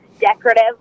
decorative